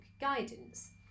guidance